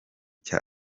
cya